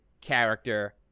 character